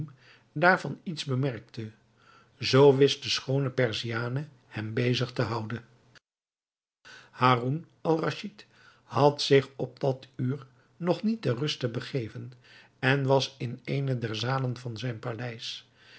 daarvan iets bemerkte zoo wist de schoone perziane hem bezig te houden haroun-al-raschid had zich op dat uur nog niet ter ruste begeven en was in eene der zalen van zijn paleis